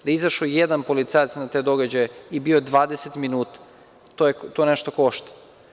Da je izašao jedan policajac na te događaje i bio dvadeset minuta, to nešto košta.